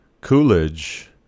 Coolidge